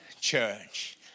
church